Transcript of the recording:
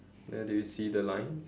where do you see the lines